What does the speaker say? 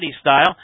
style